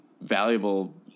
valuable